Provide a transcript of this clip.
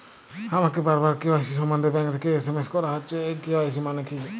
আমাকে বারবার কে.ওয়াই.সি সম্বন্ধে ব্যাংক থেকে এস.এম.এস করা হচ্ছে এই কে.ওয়াই.সি মানে কী?